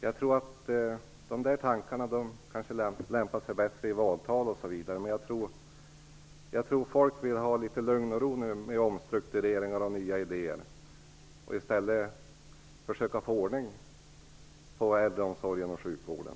Jag tror att de där tankarna nog lämpar sig bättre i valtal osv. Jag tror folk vill ha litet lugn och ro nu från omstruktureringar och nya idéer, och i stället försöka få ordning på äldreomsorgen och sjukvården.